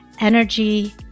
energy